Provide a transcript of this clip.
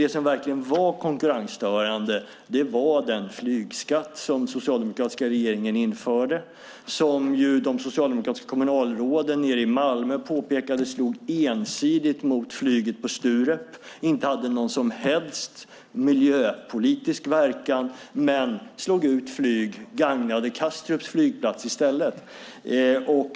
Det som verkligen var konkurrensstörande var den flygskatt som den socialdemokratiska regeringen införde och som de socialdemokratiska kommunalråden nere i Malmö påpekade ensidigt slog mot flyget på Sturup - en flygskatt som inte hade någon som helst miljöpolitisk verkan men som slog ut flyg och i stället gagnade Kastrups flygplats.